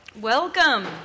Welcome